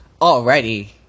Alrighty